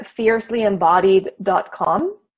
fiercelyembodied.com